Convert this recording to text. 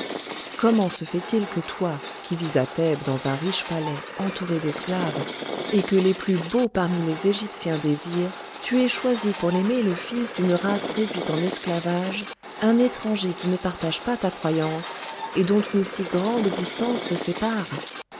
comment se fait-il que toi qui vis à thèbes dans un riche palais entourée d'esclaves et que les plus beaux parmi les égyptiens désirent tu aies choisi pour l'aimer le fils d'une race réduite en esclavage un étranger qui ne partage pas ta croyance et dont une si grande distance te sépare